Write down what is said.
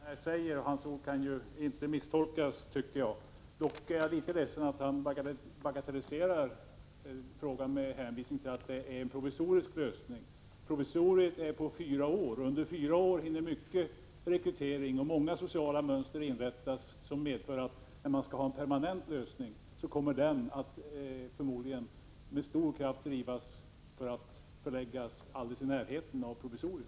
Herr talman! Jag är glad för det som kommunikationsministern nu säger. Hans ord kan inte misstolkas, tycker jag. Dock är jag litet ledsen för att kommunikationsministern bagatelliserar det inträffade genom att hänvisa till att det är en provisorisk lösning. Provisoriet är på fyra år. Under fyra år hinner många anställda rekryteras och många sociala mönster att inrättas. Det medför att man, när en permanent lösning skall åstadkommas, med stor kraft kommer att driva kravet att den permanenta lokalen förläggs alldeles i närheten av provisoriet.